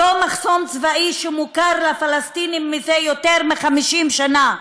אותו מחסום צבאי שמוכר לפלסטינים זה יותר מ-50 שנה,